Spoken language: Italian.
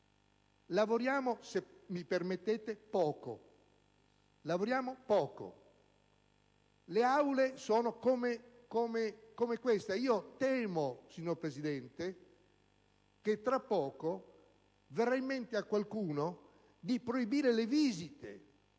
di Assemblea sono come questa. Io temo, signor Presidente, che tra poco verrà in mente a qualcuno di proibire le visite